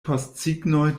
postsignoj